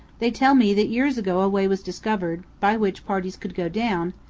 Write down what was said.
they tell me that years ago a way was discovered by which parties could go down,